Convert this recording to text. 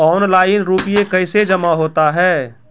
Online रुपये कैसे जमा होता हैं?